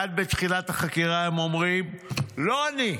מייד בתחילת החקירה הם אומרים: לא אני,